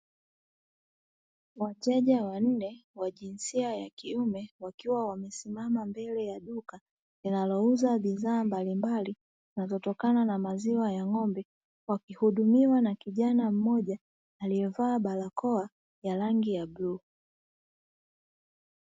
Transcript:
Wateja wanne wa jinsia ya kiume, wakiwa wamesimama mbele ya duka linalouza bidhaa mbalimbali zinazotokana na maziwa ya ng’ombe, wakihudumiwa na kijana mmoja aliyevaa barakoa ya rangi ya bluu.